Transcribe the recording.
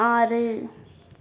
ஆறு